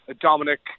Dominic